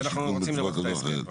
ואנחנו רוצים לראות את ההסכם בבקשה.